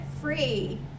free